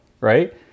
Right